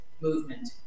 movement